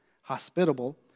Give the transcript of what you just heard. hospitable